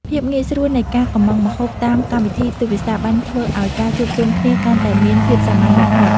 ភាពងាយស្រួលនៃការកុម្ម៉ង់ម្ហូបតាមកម្មវិធីទូរស័ព្ទបានធ្វើឱ្យការជួបជុំគ្នាកាន់តែមានភាពសាមញ្ញបំផុត។